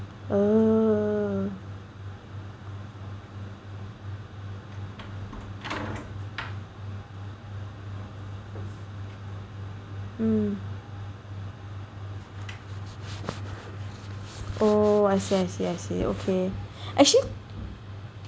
oh mm oh I see I see I see okay actually